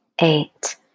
eight